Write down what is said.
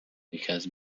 because